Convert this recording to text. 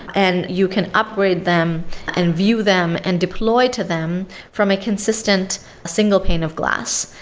and you can upgrade them and view them and deploy to them from a consistent single pane of glass,